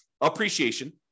Appreciation